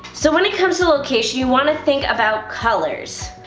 so when it comes to location you want to think about colors.